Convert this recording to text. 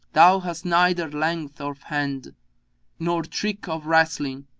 thou hast neither length of hand nor trick of wrestling,